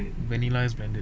vanilla extended